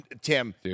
Tim